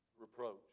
Reproach